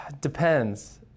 depends